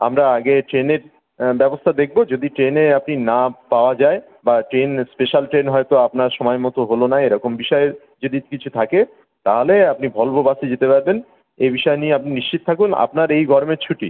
আমরা আগে ট্রেনের ব্যবস্থা দেখব যদি ট্রেনে আপনি না পাওয়া যায় বা ট্রেন স্পেশাল ট্রেন হয়তো আপনার সময় মতো হলো না এরকম বিষয়ের যদি কিছু থাকে তাহলে আপনি ভলভো বাসে যেতে পারবেন এই বিষয় নিয়ে আপনি নিশ্চিত থাকুন আপনার এই গরমের ছুটি